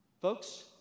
Folks